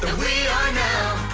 we are now